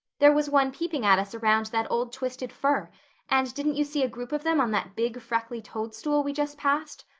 there was one peeping at us around that old twisted fir and didn't you see a group of them on that big freckly toadstool we just passed?